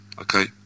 okay